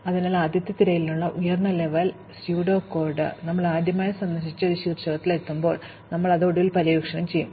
അതിനാൽ ആദ്യത്തെ തിരയലിനായുള്ള ചില ഉയർന്ന ലെവൽ സ്യൂഡോ കോഡ് ഞങ്ങൾ ആദ്യമായി സന്ദർശിച്ച ഒരു ശീർഷകത്തിൽ എത്തുമ്പോൾ ഞങ്ങൾ അത് ഒടുവിൽ പര്യവേക്ഷണം ചെയ്യും